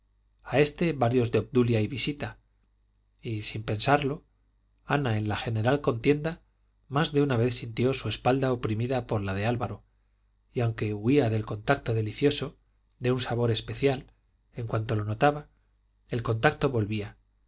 a este varios de obdulia y visita y sin pensarlo ana en la general contienda más de una vez sintió su espalda oprimida por la de álvaro y aunque huía el contacto delicioso de un sabor especial en cuanto lo notaba el contacto volvía